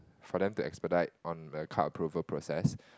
for them to expedite on the card approval process